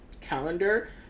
calendar